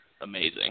amazing